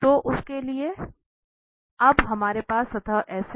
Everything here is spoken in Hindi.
तो उसके लिए तो अब हमारे पास सतह S है